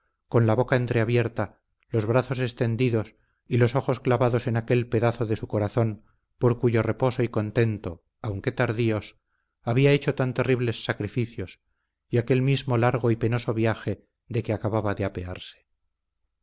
con la boca entreabierta los brazos extendidos y los ojos clavados en aquel pedazo de su corazón por cuyo reposo y contento aunque tardíos había hecho tan terribles sacrificios y aquel mismo largo y penosos viaje de que acababa de apearse